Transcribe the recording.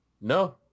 No